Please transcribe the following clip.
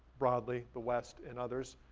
broadly, the west and others,